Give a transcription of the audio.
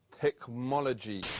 Technology